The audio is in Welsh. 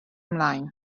ymlaen